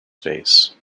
face